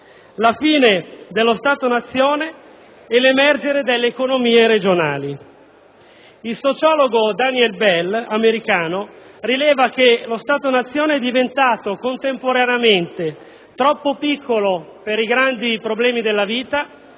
la fine dello Stato-Nazione e l'emergere delle economie regionali. Il sociologo Daniel Bell, americano, rileva che lo Stato-Nazione è diventato, contemporaneamente, troppo piccolo per i grandi problemi della vita